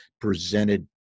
presented